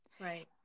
Right